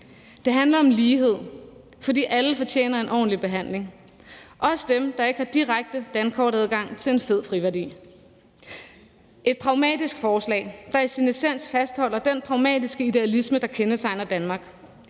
Det handler om lighed, fordi alle fortjener en ordentlig behandling – også dem, der ikke har direkte dankortadgang til en fed friværdi. Det er et pragmatisk forslag, der i sin essens fastholder den pragmatiske idealisme, der kendetegner Danmark,